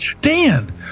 Dan